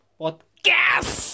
podcast